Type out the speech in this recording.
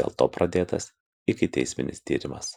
dėl to pradėtas ikiteisminis tyrimas